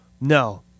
No